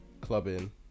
clubbing